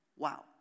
Wow